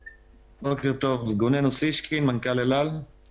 טוב, אני